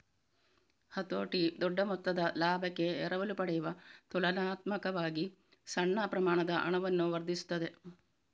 ಹತೋಟಿ ದೊಡ್ಡ ಮೊತ್ತದ ಲಾಭಕ್ಕೆ ಎರವಲು ಪಡೆಯುವ ತುಲನಾತ್ಮಕವಾಗಿ ಸಣ್ಣ ಪ್ರಮಾಣದ ಹಣವನ್ನು ವರ್ಧಿಸುತ್ತದೆ